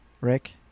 Rick